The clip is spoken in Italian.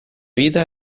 vita